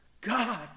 God